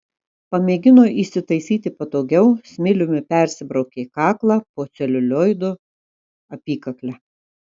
pamėgino įsitaisyti patogiau smiliumi persibraukė kaklą po celiulioido apykakle